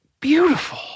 Beautiful